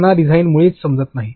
त्यांना डिझाइन मुळीच समजत नाही